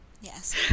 Yes